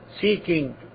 seeking